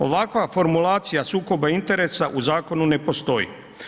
Ovakva formulacija sukoba interesa u zakonu ne postoji.